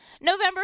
November